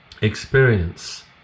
experience